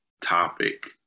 topic